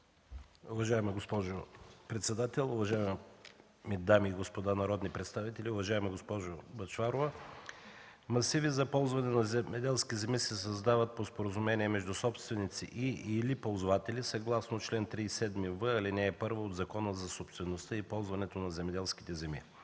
Уважаема госпожо председател, уважаеми дами и господа народни представители, уважаема госпожо Бъчварова! Масиви за ползване на земеделски земи се създават по споразумение между собственици и/или ползватели съгласно чл. 37в, ал. 1 от Закона за собствеността и ползването на земеделските земи.